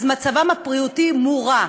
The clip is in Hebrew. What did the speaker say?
אז מצבם הבריאותי מורע,